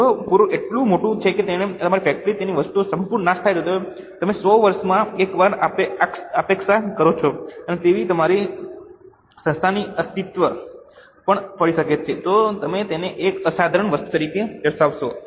જો પૂર એટલું મોટું છે કે તેણે અમારી ફેક્ટરી એવી વસ્તુનો સંપૂર્ણ નાશ કર્યો છે જેની તમે 100 વર્ષમાં એક વાર અપેક્ષા કરો છો અને તેની અસર તમારી સંસ્થાના અસ્તિત્વમાં પણ પડી શકે છે તો તમે તેને એક અસાધારણ વસ્તુ તરીકે દર્શાવશો